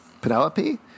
Penelope